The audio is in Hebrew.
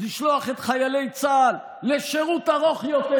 לשלוח את חיילי צה"ל לשירות ארוך יותר